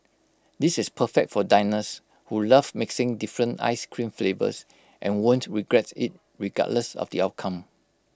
this is perfect for diners who love mixing different Ice Cream flavours and won't regret IT regardless of the outcome